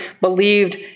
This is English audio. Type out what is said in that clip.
believed